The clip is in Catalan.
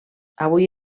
avui